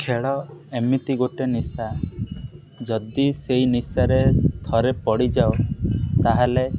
ଖେଳ ଏମିତି ଗୋଟିଏ ନିଶା ଯଦି ସେଇ ନିଶାରେ ଥରେ ପଡ଼ିଯାଉ ତାହେଲେ